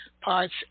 Parts